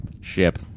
ship